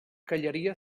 callaria